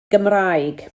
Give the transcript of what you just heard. gymraeg